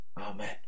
Amen